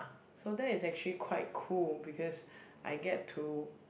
so that is actually quite cool because I get to